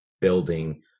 building